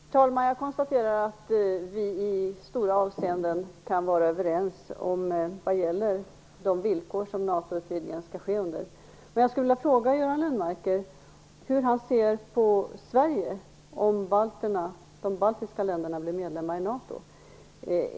Herr talman! Jag konstaterar att vi i många avseenden kan vara överens om de villkor som NATO utvidgningen skall ske under. Men jag skulle vilja fråga Göran Lennmarker hur han ser på Sverige om balterna bli medlemmar i NATO.